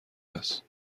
است